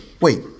wait